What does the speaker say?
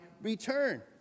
return